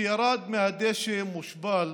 שירד מהדשא מושפל,